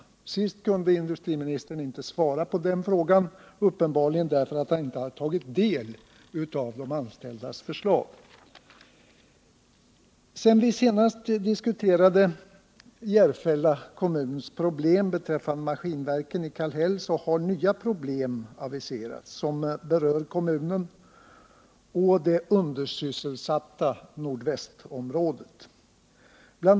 Vid den senaste debatten kunde industriministern inte svara på de frågorna, uppenbarligen därför att han inte hade tagit del av de anställdas förslag. Sedan vi senast diskuterade Järfälla kommuns problem beträffande Maskinverken i Kallhäll har nya problem aviserats som berör kommunen och det undersysselsatta nordvästområdet. Bl.